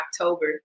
October